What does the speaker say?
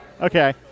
okay